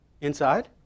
inside